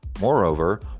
Moreover